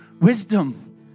wisdom